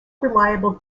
reliable